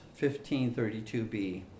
15.32b